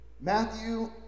Matthew